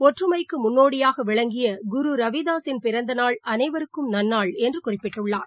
ஒற்றுமைக்குமுன்னோடியாகவிளங்கிய குமு ரவிதாஸின் பிறந்தநாள் அனைவருக்கும் நன்னாள் என்றுகுறிப்பிட்டுள்ளார்